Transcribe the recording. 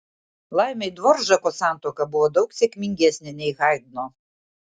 laimei dvoržako santuoka buvo daug sėkmingesnė nei haidno